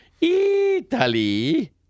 Italy